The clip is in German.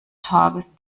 tages